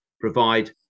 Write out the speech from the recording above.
provide